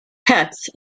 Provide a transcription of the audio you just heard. pets